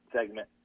segment